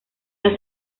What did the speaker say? las